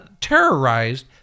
terrorized